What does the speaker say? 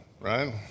right